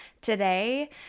today